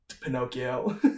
Pinocchio